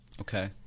Okay